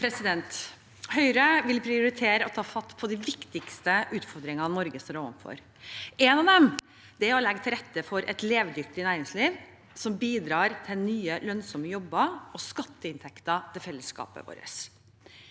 Høyre vil prioritere å ta fatt på de viktigste utfordringene Norge står overfor. En av dem er å legge til rette for et levedyktig næringsliv som bidrar til nye, lønnsomme jobber og skatteinntekter til fellesskapet vårt.